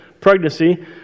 pregnancy